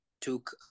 took